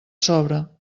sobre